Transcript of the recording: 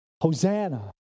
Hosanna